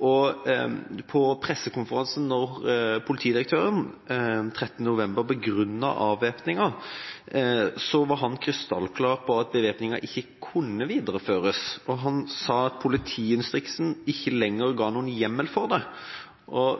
lag. På pressekonferansen 13. november, da politidirektøren begrunnet avvæpningen, var han krystallklar på at bevæpningen ikke kunne videreføres. Han sa at politiinstruksen ikke lenger ga noen hjemmel for det.